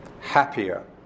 happier